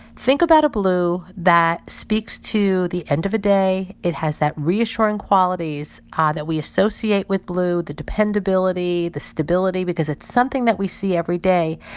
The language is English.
think about a blue that speaks to the end of a day. it has that reassuring qualities ah that we associate with blue the dependability, the stability because it's something that we see every day.